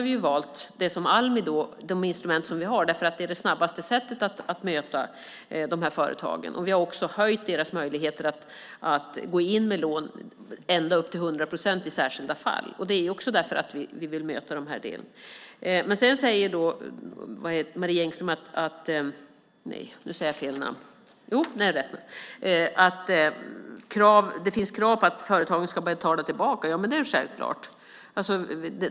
Vi har också valt de instrument vi har eftersom det är det snabbaste sättet att möta dessa företag. Vi har höjt deras möjlighet att gå in med lån, ända upp till hundra procent i särskilda fall, för att vi vill möta detta. Marie Engström säger att det finns krav på att företagen ska betala tillbaka. Det är självklart.